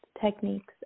techniques